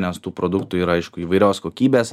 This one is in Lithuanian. nes tų produktų yra aišku įvairios kokybės